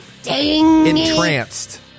entranced